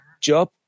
Job